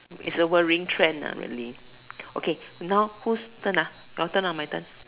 it's a worrying trend ah really okay now who's turn ah your turn or my turn